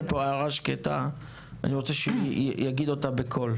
פה הערה שקטה ואני רוצה שהוא יגיד אותה בקול.